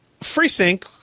FreeSync